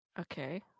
Okay